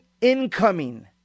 incoming